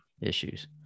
issues